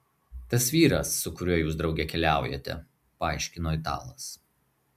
tas vyras su kuriuo jūs drauge keliaujate paaiškino italas